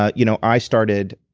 ah you know i started